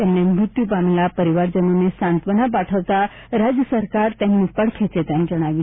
તેમણે મૃત્યુ પામેલાના પરિવાર જનોને સાંત્વના પાઠવતા રાજ્ય સરકાર તેમની પડખે છે તેમ જણાવ્યું